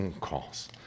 calls